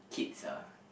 kids ah